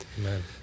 Amen